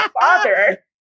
father